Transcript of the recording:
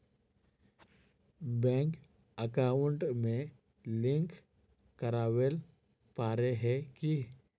Bank account में link करावेल पारे है की?